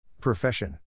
Profession